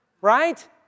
Right